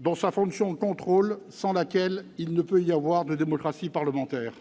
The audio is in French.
dans sa fonction de contrôle, sans laquelle il ne peut y avoir de démocratie parlementaire.